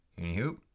Anywho